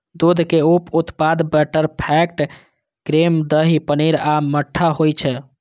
दूधक उप उत्पाद बटरफैट, क्रीम, दही, पनीर आ मट्ठा होइ छै